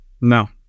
No